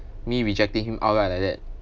me rejecting him out like like that